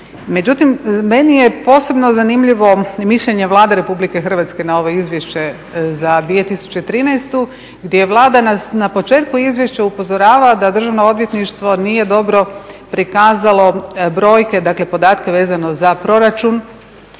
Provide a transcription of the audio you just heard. Međutim, meni je posebno zanimljivo i mišljenje Vlade Republike Hrvatske na ovo izvješće za 2013. gdje Vlada nas na početku izvješća upozorava da Državno odvjetništvo nije dobro prikazalo brojke, dakle podatke vezano za proračun